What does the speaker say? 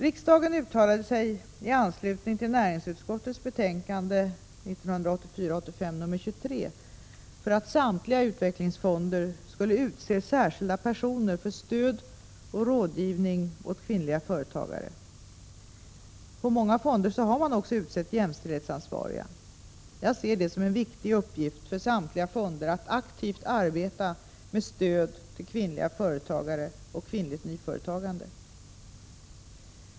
Riksdagen uttalade sig i anslutning till näringsutskottets betänkande 1984/85:23 för att samtliga utvecklingsfonder skulle utse särskilda personer för stöd och rådgivning åt kvinnliga företagare. På många fonder har man också utsett jämställdhetsansvariga. Jag ser det som en viktig uppgift för samtliga fonder att aktivt arbeta med stöd till kvinnliga företagare och kvinnligt nyföretagande.